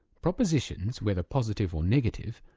propositions, whether positive or negative,